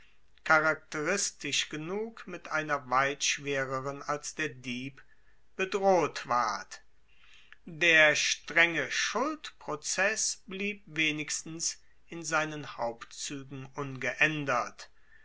charakteristisch genug mit einer weit schwereren als der dieb bedroht ward der strenge schuldprozess blieb wenigstens in seinen hauptzuegen ungeaendert